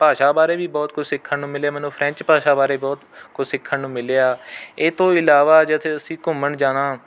ਭਾਸ਼ਾ ਬਾਰੇ ਵੀ ਬਹੁਤ ਕੁਝ ਸਿੱਖਣ ਨੂੰ ਮਿਲਿਆ ਮੈਨੂੰ ਫਰੈਂਚ ਭਾਸ਼ਾ ਬਾਰੇ ਬਹੁਤ ਕੁਛ ਸਿੱਖਣ ਨੂੰ ਮਿਲਿਆ ਇਹ ਤੋਂ ਇਲਾਵਾ ਜਿੱਥੇ ਅਸੀਂ ਘੁੰਮਣ ਜਾਣਾ